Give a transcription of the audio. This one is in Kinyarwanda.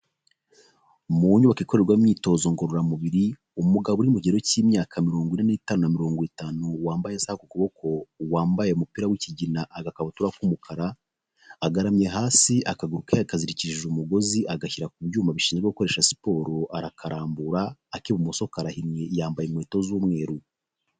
Mu nyubako ikorerwamo imyitozo ngororamubiri, umugabo uri mu kigero cy'imyaka mirongo ine n'itanu na mirongo itanu wambaye isaha ku kuboko, wambaye umupira w'ikigina, agakabutura k'umukara, agaramye hasi akaguru ke yakazirikishije umugozi agashyira ku byuma bishinzwe gukoresha siporo arakarambura ak'ibumoso karahinnye yambaye inkweto z'umweru.